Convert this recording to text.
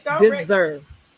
deserve